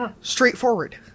straightforward